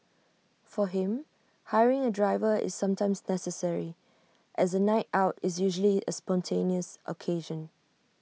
for him hiring A driver is sometimes necessary as A night out is usually A spontaneous occasion